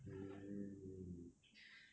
mm